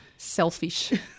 Selfish